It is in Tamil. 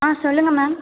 ஆ சொல்லுங்கள் மேம்